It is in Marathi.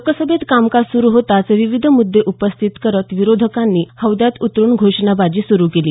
लोकसभेत कामकाज सुरु होताच विविध मुद्दे उपस्थित करत विरोधकांनी हौद्यात उतरुन घोषणाबाजी सुरु केली